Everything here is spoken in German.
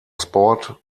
sport